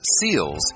seals